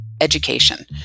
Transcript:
education